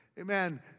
Amen